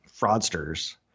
fraudsters